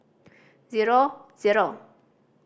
zero zero